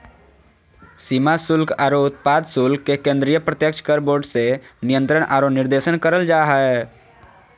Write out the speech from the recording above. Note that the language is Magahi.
सीमा शुल्क आरो उत्पाद शुल्क के केंद्रीय प्रत्यक्ष कर बोर्ड से नियंत्रण आरो निर्देशन करल जा हय